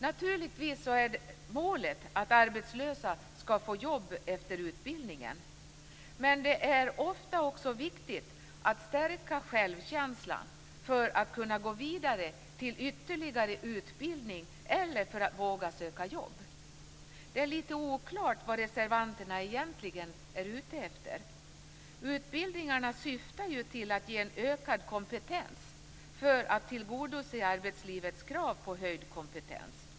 Naturligtvis är målet att arbetslösa skall få jobb efter utbildningen. Men det är ofta också viktigt att stärka självkänslan för att man skall kunna gå vidare till ytterligare utbildning eller för att våga söka jobb. Det är litet oklart vad reservanterna egentligen är ute efter. Utbildningarna syftar ju till att ge en ökad kompetens för att tillgodose arbetslivets krav på höjd kompetens.